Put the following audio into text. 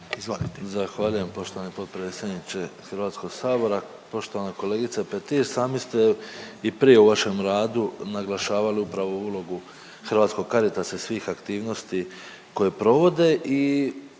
Zahvaljujem poštovani potpredsjedniče Hrvatskog sabora. Poštovana kolegice Petir, sami ste i prije u vašem radu naglašavali upravo ulogu Hrvatskog Caritasa, svih aktivnosti koje provode i